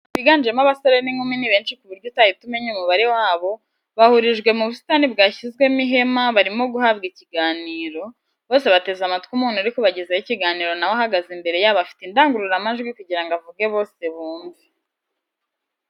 Abantu biganjemo abasore n'inkumi ni benshi ku buryo utahita umenya umubare wabo, bahurijwe mu busitani bwashyizwemo ihema ,barimo guhabwa ikiganiro , bose bateze amatwi umuntu uri kubagezaho ikiganiro nawe ahagaze imbere yabo afite indangururamajwi kugirango avuge bose bumve.